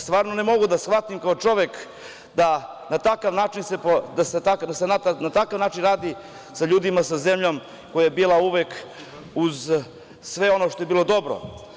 Stvarno ne mogu da shvatim kao čovek da se na takav način radi sa ljudima, sa zemljom koja je bila uvek uz sve ono što je bilo dobro.